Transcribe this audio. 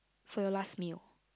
for you last meal